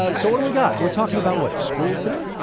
ah so what do we got? we're talking about, what, schools today?